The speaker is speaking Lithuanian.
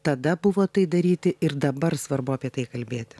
tada buvo tai daryti ir dabar svarbu apie tai kalbėti